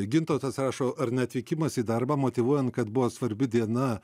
gintautas rašo ar neatvykimas į darbą motyvuojant kad buvo svarbi diena